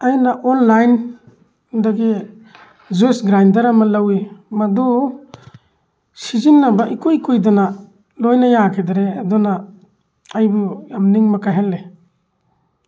ꯑꯩꯅ ꯑꯣꯟꯂꯥꯏꯟꯗꯒꯤ juice grinder ꯑꯃ ꯂꯧꯋꯤ ꯃꯗꯨ ꯁꯤꯖꯤꯟꯅꯕ ꯏꯀꯨꯏ ꯀꯨꯏꯗꯅ ꯂꯣꯏꯅ ꯌꯥꯈꯤꯗꯔꯦ ꯑꯗꯨꯅ ꯑꯩꯕꯨ ꯌꯥꯝ ꯅꯤꯡꯕ ꯀꯥꯏꯍꯜꯂꯦ